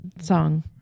song